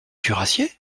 cuirassiers